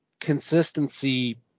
consistency